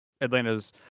Atlanta's